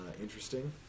interesting